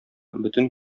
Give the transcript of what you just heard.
бөтен